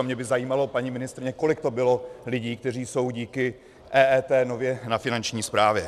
Mě by zajímalo, paní ministryně, kolik to bylo lidí, kteří jsou díky EET nově na Finanční správě.